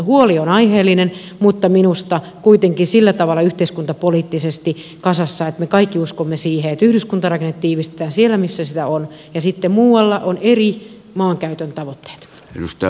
huoli on aiheellinen mutta minusta kuitenkin sillä tavalla yhteiskuntapoliittisesti kasassa että me kaikki uskomme siihen että yhdyskuntarakennetta tiivistetään siellä missä sitä on ja sitten muualla on eri maankäytön tavoitteet